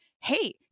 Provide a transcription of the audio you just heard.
Hey